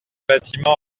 bâtiment